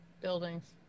buildings